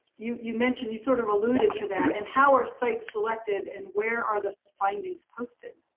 you you mentioned you sort of alluded to that and how are sites selected, and where are the findings posted.